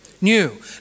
new